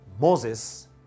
Moses